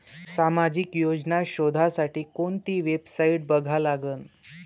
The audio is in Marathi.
सामाजिक योजना शोधासाठी कोंती वेबसाईट बघा लागन?